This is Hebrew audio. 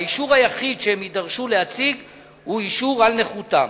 האישור היחיד שהם יידרשו להציג הוא אישור על נכותם.